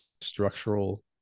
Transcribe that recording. structural